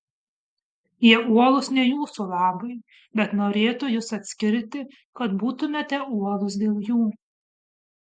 jie uolūs ne jūsų labui bet norėtų jus atskirti kad būtumėte uolūs dėl jų